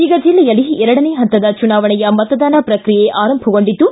ಈಗ ಜಿಲ್ಲೆಯಲ್ಲಿ ಎರಡನೇ ಪಂತದ ಚುನಾವಣೆಯ ಮತದಾನ ಪ್ರಕ್ರಿಯೆ ಆರಂಭಗೊಂಡಿದ್ದು